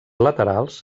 laterals